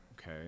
okay